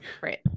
right